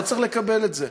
לא צריך לקבל את זה.